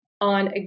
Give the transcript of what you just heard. On